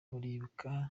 muribuka